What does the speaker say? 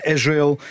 Israel